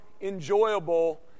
enjoyable